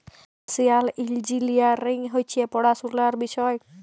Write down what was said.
financial engineering হছে পড়াশুলার বিষয়